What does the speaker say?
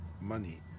money